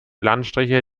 landstriche